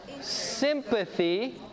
sympathy